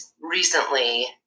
recently